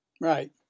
right